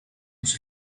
los